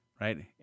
right